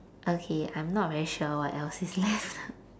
okay I'm not very sure what else is left